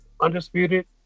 undisputed